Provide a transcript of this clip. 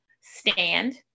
stand